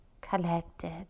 collected